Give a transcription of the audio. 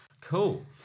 Cool